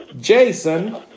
Jason